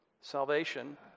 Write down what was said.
Salvation